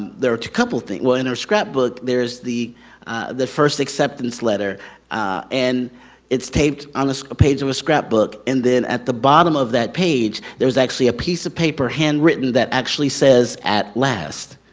there couple thing well, in her scrapbook there's the the first acceptance letter and it's taped on the so page of a scrapbook. and then at the bottom of that page there's actually a piece of paper handwritten, that actually says at last.